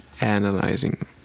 analyzing